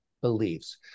beliefs